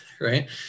right